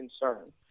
concern